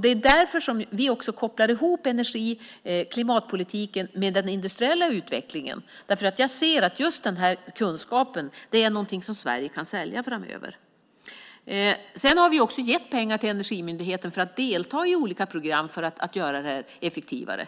Därför kopplar vi ihop energi och klimatpolitiken med den industriella utvecklingen. Jag ser att just den kunskapen är något som Sverige kan sälja framöver. Vi har också gett pengar till Energimyndigheten så att de kan delta i olika program för att göra det hela effektivare.